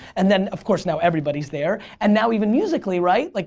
and then of course now everybody's there and now even musically right? like